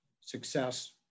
success